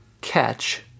catch